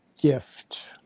gift